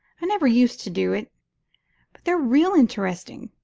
i never used to do it, but they're real interesting.